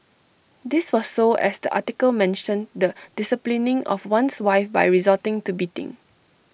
this was so as the article mentioned the disciplining of one's wife by resorting to beating